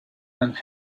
and